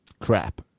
crap